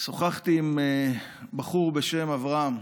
שוחחתי עם בחור בשם אברהם,